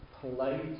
polite